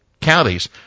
counties